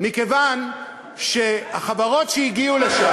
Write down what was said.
מכיוון שהחברות שהגיעו לשם,